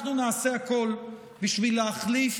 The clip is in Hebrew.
אנחנו נעשה הכול בשביל להחליף